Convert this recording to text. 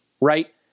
right